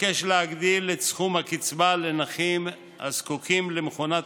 מבקש להגדיל את סכום הקצבה לנכים הזקוקים למכונת